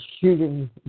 Shooting